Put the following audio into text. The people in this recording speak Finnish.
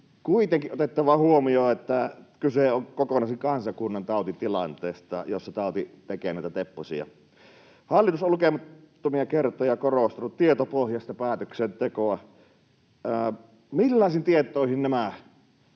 kuitenkin otettava huomioon, että kyse on kokonaisen kansakunnan tautitilanteesta, jossa tauti tekee näitä tepposia. Hallitus on lukemattomia kertoja korostanut tietopohjaista päätöksentekoa. Millaisiin tietoihin nämä